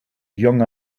young